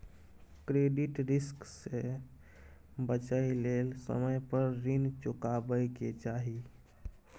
credit risk से बचइ लेल समय पर रीन चुकाबै के चाही